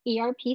ERP